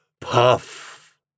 Puff